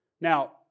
Now